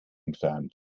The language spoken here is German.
entfernt